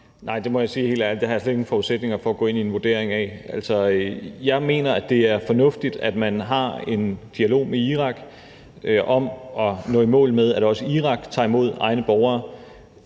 Nej, det må jeg helt ærligt sige at jeg slet ikke har nogen forudsætninger for at gå ind i en vurdering af. Jeg mener, det er fornuftigt, at man har en dialog med Irak om at nå i mål med, at også Irak tager imod egne borgere.